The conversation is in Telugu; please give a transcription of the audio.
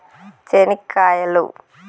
చెనిక్కాయలు